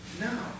No